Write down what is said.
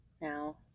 Now